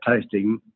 tasting